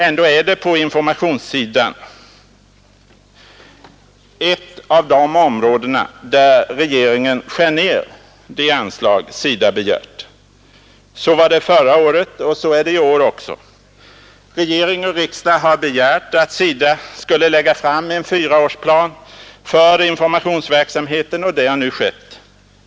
Ändå är informationssidan just ett av de områden där regeringen skär ned de anslag SIDA begärt. Så var det förra året och så är det i år också. Regering och riksdag har begärt att SIDA skulle lägga fram en 4-årsplan för informationsverksamheten och det har nu skett.